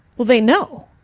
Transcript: well they know.